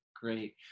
Great